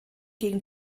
gegen